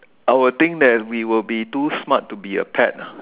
I would think that we will be too smart to be a pet ah